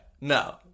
No